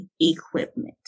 equipment